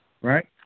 Right